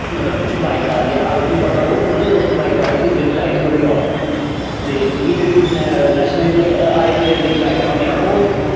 मतलब पिच्छों बाईक आ दी ऐ अगर मीं पता उप्परों उस बाईक आह्ले दी जेह्ड़ी लाईट ही ओह् बी आफ ही ते क्योंकि जेह्ड़ी नैशनल हाईवे दी लाईटां होंदियां ओह्